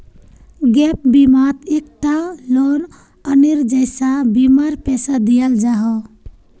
gap बिमात एक टा लोअनेर जैसा बीमार पैसा दियाल जाहा